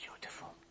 beautiful